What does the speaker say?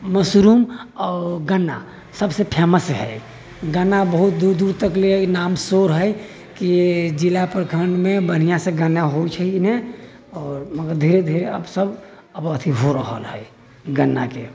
mushroom आ गन्ना सभसे फेमस है गन्ना बहुत दूर दूर तक ले नाम शोर है कि जिला प्रखण्ड मे बढिऑं से गन्ना होइ छै एहिमे आओर मगर धीरे धीरे आब सभ आब अथि हो रहल है गन्ना के